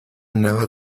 nada